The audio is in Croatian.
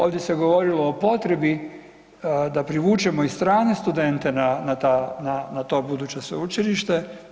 Ovdje se govorilo o potrebi da privučemo i strane studente na, na ta, na to buduće sveučilište.